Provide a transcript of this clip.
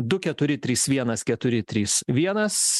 du keturi trys vienas keturi trys vienas